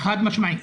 חד משמעית.